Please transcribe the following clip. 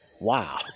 Wow